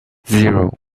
zero